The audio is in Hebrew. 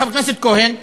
חבר הכנסת כהן,